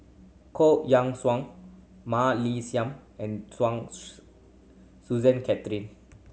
Koh Yang Suan Mah Li Sian and Suchen Christine